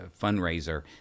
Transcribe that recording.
fundraiser